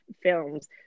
films